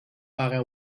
paga